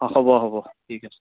অ' হ'ব হ'ব